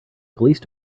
police